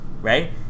right